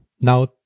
now